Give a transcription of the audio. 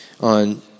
on